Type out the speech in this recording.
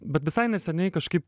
bet visai neseniai kažkaip